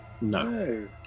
No